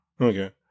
Okay